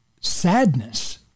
sadness